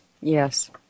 yes